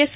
S